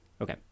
okay